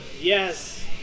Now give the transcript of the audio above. yes